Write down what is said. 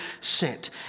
sent